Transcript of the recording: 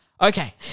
Okay